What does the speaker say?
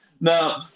Now